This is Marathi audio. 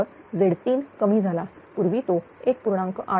तर Z3 कमी झाला पूर्वी तो 1